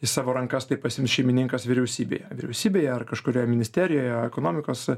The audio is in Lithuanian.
į savo rankas tai pasiims šeimininkas vyriausybėje vyriausybėje ar kažkurioje ministerijoje ekonomikos